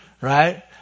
right